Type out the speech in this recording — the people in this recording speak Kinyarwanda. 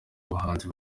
abahanzi